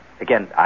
again